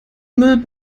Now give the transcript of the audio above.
müll